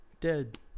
dead